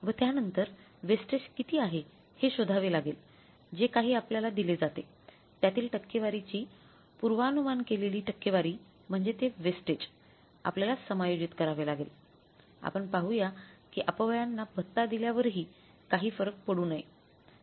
व त्यानुसार वेस्टेज किती आहे हे शोधावे लागेल जे काही आपल्याला दिले जाते त्यातील टक्केवारीची पूर्वानुमान केलेली टक्केवारी म्हणजे ते वेस्टेज आपल्याला समायोजित करावे लागेल आपण पाहुया की अपव्ययांना भत्ता दिल्यावरही काही फरक पडू नये